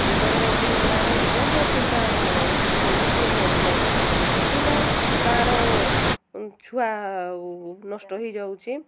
ଗର୍ଭବତୀ ମହିଳା ବହୁତ ଅସୁବିଧା ସୃଷ୍ଟି ହେଉଛି କିଏ ମରିଯାଉଛି କିମ୍ବା କାହାର ଛୁଆ ନଷ୍ଟ ହେଇଯାଉଛି